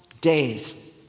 days